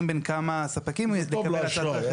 בין כמה ספקים --- זה טוב לאשראי.